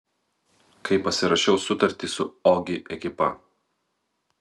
kai pasirašiau sutartį su ogi ekipa